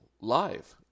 live